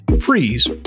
freeze